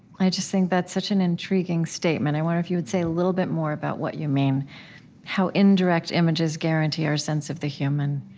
i just think that's such an intriguing statement. i wonder if you'd say a little bit more about what you mean how indirect images guarantee our sense of the human.